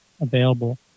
available